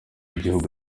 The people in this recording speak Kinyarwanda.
w’igihugu